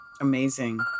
amazing